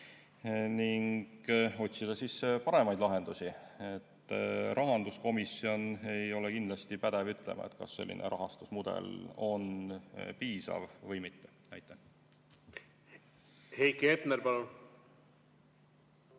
ning otsida paremaid lahendusi. Rahanduskomisjon ei ole kindlasti pädev ütlema, kas selline rahastusmudel on piisav või mitte. Heiki Hepner, palun!